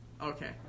Okay